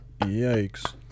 Yikes